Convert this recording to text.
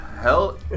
hell